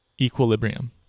equilibrium